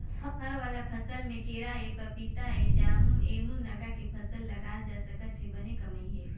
फर वाला फसल में केराएपपीताएजामएमूनगा के फसल लगाल जा सकत हे बने कमई हे